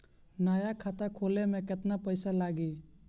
नया खाता खोले मे केतना पईसा लागि?